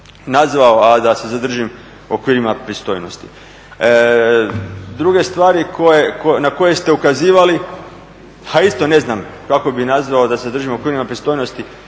nazvao, a da se zadržim u okvirima pristojnosti. Druge stvari na koje ste ukazivali, a isto ne znam kako bi nazvao a da se držim u okvirima pristojnosti,